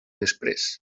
després